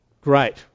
Great